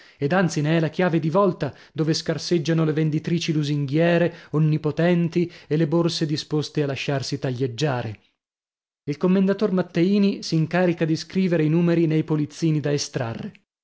ed anzi ne è la chiave di volta dove scarseggiano le venditrici lusinghiere onnipotenti e le borse disposte a lasciarsi taglieggiare il commendator matteini s'incarica di scrivere i numeri nei polizzini da estrarre